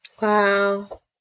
Wow